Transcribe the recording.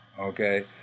okay